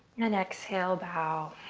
and exhale, bow.